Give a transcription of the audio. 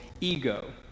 ego